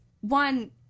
One